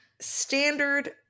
standard